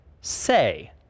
say